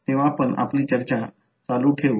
मी सुचवितो की कृपया मागील सर्किटमधून हे शोधून काढा